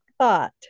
thought